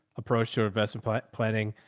approach to investment planning.